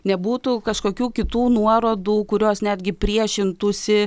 nebūtų kažkokių kitų nuorodų kurios netgi priešintųsi